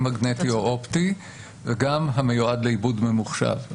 מגנטי או אופטי וגם "המיועד לעיבוד ממוחשב".